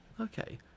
okay